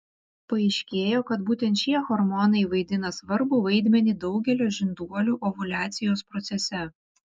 paaiškėjo kad būtent šie hormonai vaidina svarbų vaidmenį daugelio žinduolių ovuliacijos procese